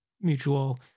mutual